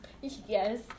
Yes